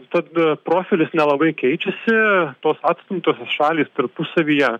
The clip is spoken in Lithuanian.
tad profilis nelabai keičiasi tos atstumtosios šalys tarpusavyje